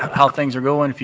how things are going,